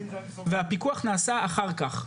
והפיקוח נעשה אחר כך.